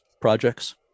projects